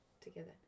together